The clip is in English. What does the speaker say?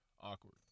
Awkward